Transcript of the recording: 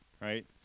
right